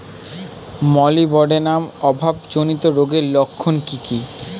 Molybdenum অভাবজনিত রোগের লক্ষণ কি কি?